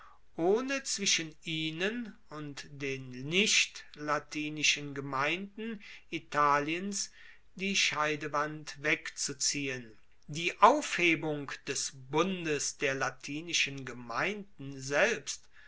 ohne zwischen ihnen und den nichtlatinischen gemeinden italiens die scheidewand wegzuziehen die aufhebung des bundes der latinischen gemeinden selbst